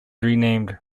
renamed